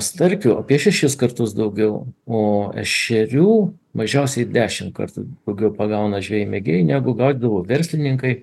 starkių apie šešis kartus daugiau o ešerių mažiausiai dešimt kartų daugiau pagauna žvejai mėgėjai negu gaudydavo verslininkai